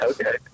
Okay